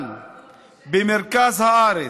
אבל במרכז הארץ,